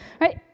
Right